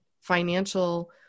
financial